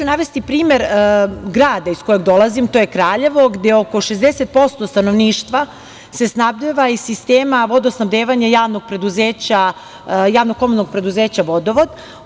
Navešću primer grada iz kojeg dolazim, to je Kraljevo, gde oko 60% stanovništva se snabdeva iz sistema vodosnabdevanja Javno komunalnog preduzeća „Vodovod“